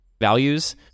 values